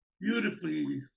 Beautifully